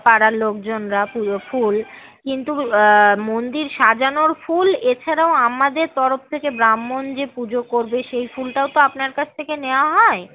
পাড়ার লোকজনরা পুজো ফুল কিন্তু মন্দির সাজানোর ফুল এছাড়াও আমাদের তরফ থেকে ব্রাহ্মণ যে পুজো করবে সেই ফুলটাও তো আপনার কাছ থেকে নেওয়া হয়